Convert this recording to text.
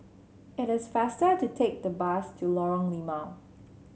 it is faster to take the bus to Lorong Limau